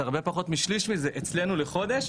זה הרבה פחות משליש לזה אצלנו לחודש,